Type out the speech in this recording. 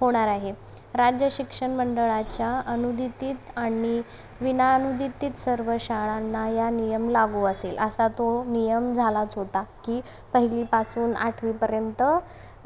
होणार आहे राज्य शिक्षण मंडळाच्या अनुदितीत आणि विनाअनुदितीत सर्व शाळांना या नियम लागू असेल असा तो नियम झालाच होता की पहिलीपासून आठवीपर्यंत